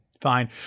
Fine